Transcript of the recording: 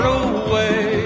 away